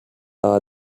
are